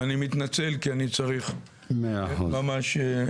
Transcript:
ואני מתנצל, כי אני צריך ממש להגיע לוועדת החוקה.